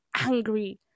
angry